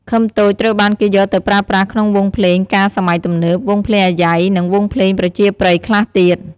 ឃឹមតូចត្រូវបានគេយកទៅប្រើប្រាស់ក្នុងវង់ភ្លេងការសម័យទំនើប, វង់ភ្លេងអាយ៉ៃ និងវង់ភ្លេងប្រជាប្រិយខ្លះទៀត។